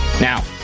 now